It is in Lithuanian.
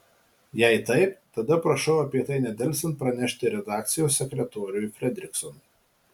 jei taip tada prašau apie tai nedelsiant pranešti redakcijos sekretoriui fredriksonui